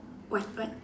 what what